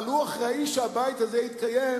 אבל הוא אחראי שהבית הזה יתקיים,